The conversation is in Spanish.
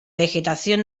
vegetación